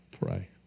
pray